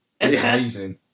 Amazing